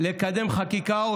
לקדם חקיקה,